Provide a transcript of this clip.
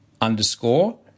underscore